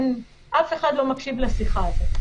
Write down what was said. אף אחד לא מקשיב לשיחה הזאת.